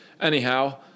anyhow